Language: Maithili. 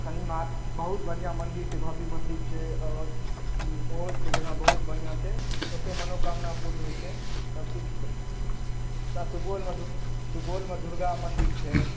शनि बहुत बढ़िऑं मंदिर छै भव्य मन्दिर छै और ओहो जगह बहुत बढ़िऑं छै ओतो मनोकामना पुर्ण होइ छै सब कुछ एकटा सुपौलमे सुपौलमे दुर्गा मंदिर छै